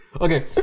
Okay